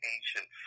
Ancient